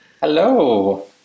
Hello